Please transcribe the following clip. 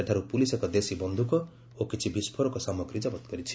ସେଠାରୁ ପୁଲିସ୍ ଏକ ଦେଶୀ ବନ୍ଧୁକ ଓ କିଛି ବିସ୍କୋରକ ସାମଗ୍ରୀ ଜବତ କରିଛି